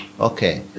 okay